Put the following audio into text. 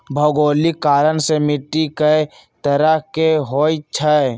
भोगोलिक कारण से माटी कए तरह के होई छई